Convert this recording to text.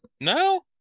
No